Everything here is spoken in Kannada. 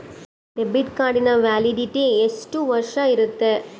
ಡೆಬಿಟ್ ಕಾರ್ಡಿನ ವ್ಯಾಲಿಡಿಟಿ ಎಷ್ಟು ವರ್ಷ ಇರುತ್ತೆ?